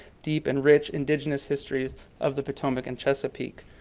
deep, and rich indigenous histories of the potomac and chesapeake.